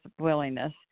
willingness